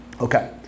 Okay